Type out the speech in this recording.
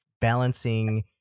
balancing